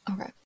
Okay